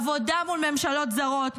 עבודה מול ממשלות זרות,